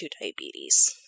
diabetes